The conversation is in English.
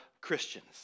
Christians